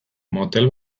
motel